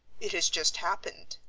it has just happened,